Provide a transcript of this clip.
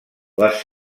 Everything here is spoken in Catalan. les